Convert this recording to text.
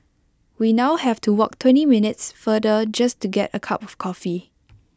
we now have to walk twenty minutes farther just to get A cup of coffee